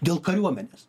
dėl kariuomenės